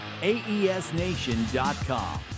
aesnation.com